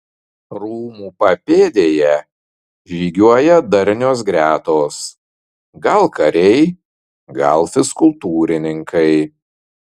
rūmų papėdėje žygiuoja darnios gretos gal kariai gal fizkultūrininkai